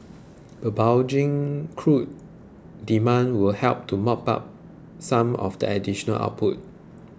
crude demand will help to mop up some of the additional output